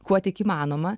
kuo tik įmanoma